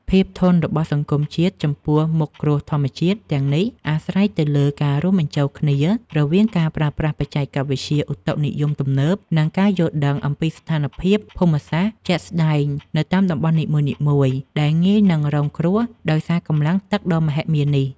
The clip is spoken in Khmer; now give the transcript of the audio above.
ភាពធន់របស់សង្គមជាតិចំពោះមុខគ្រោះធម្មជាតិទាំងនេះ អាស្រ័យទៅលើការរួមបញ្ចូលគ្នារវាងការប្រើប្រាស់បច្ចេកវិទ្យាឧតុនិយមទំនើប និងការយល់ដឹងអំពីស្ថានភាពភូមិសាស្ត្រជាក់ស្ដែងនៅតាមតំបន់នីមួយៗ ដែលងាយនឹងរងគ្រោះដោយសារកម្លាំងទឹកដ៏មហិមានេះ។